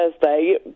Thursday